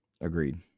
Agreed